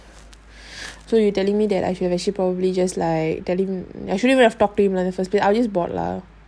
so you telling me that I should have actually probably just like tell him I should'nt even have talk to him in the first place I was just bored lah